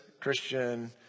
Christian